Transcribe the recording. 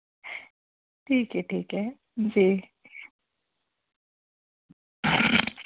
ठीक है ठीक है जी